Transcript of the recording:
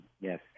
Yes